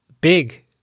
big